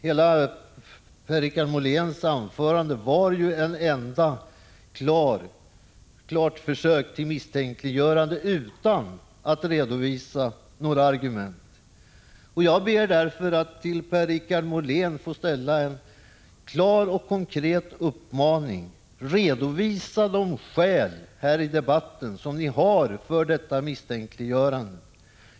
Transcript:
Hela Per-Richard Moléns anförande var ett enda försök till misstänkliggörande utan att redovisa några argument. Jag ber därför att till Per-Richard Molén få rikta en klar och konkret uppmaning: Redovisa här i debatten de skäl som ni har för detta misstänkliggörande!